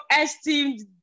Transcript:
esteemed